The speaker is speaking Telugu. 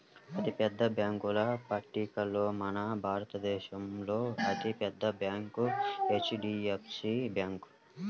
అతిపెద్ద బ్యేంకుల పట్టికలో మన భారతదేశంలో అతి పెద్ద బ్యాంక్ హెచ్.డీ.ఎఫ్.సీ బ్యాంకు